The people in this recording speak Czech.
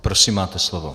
Prosím, máte slovo.